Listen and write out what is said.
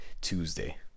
Tuesday